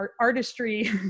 artistry